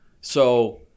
So-